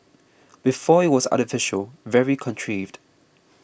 before it was artificial very contrived